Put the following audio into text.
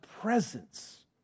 presence